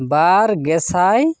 ᱵᱟᱨᱜᱮᱥᱟᱭ